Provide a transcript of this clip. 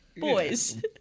Boys